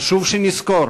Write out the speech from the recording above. חשוב שנזכור